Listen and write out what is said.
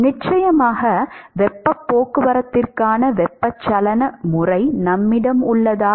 நிச்சயமாக வெப்பப் போக்குவரத்துக்கான வெப்பச்சலன முறை நம்மிடம் உள்ளதா